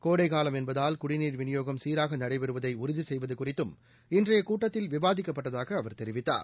கோடை காலம் என்பதால் குடிநீர் விநியோகம் சீராக நடைபெறுவதை உறுதி செய்வது குறித்தும் இன்றைய கூட்டத்தில் விவாதிக்கப்பட்டதாக அவர் தெரிவித்தார்